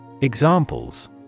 Examples